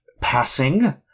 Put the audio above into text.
passing